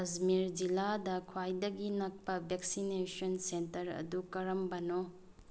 ꯑꯁꯃꯤꯔ ꯖꯤꯜꯂꯥꯗ ꯈ꯭ꯋꯥꯏꯗꯒꯤ ꯅꯛꯄ ꯚꯦꯛꯁꯤꯅꯦꯁꯟ ꯁꯦꯟꯇꯔꯗꯨ ꯀꯔꯝꯕꯅꯣ